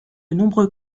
nombreux